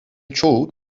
çoğu